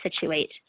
situate